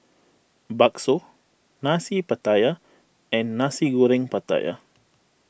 Bakso Nasi Pattaya and Nasi Goreng Pattaya